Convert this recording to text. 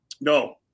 No